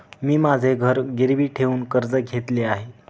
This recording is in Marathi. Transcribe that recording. मी माझे घर गिरवी ठेवून कर्ज घेतले आहे